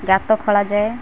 ଗାତ ଖୋଳାଯାଏ